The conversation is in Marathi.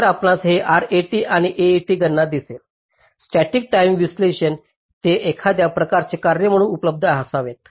तर आपणास हे RAT आणि AAT गणना दिसते स्टॅटिक टाईम विश्लेषण ते एखाद्या प्रकारचे कार्य म्हणून उपलब्ध असावेत